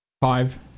five